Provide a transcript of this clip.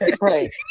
right